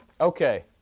Okay